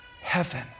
heaven